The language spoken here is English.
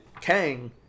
Kang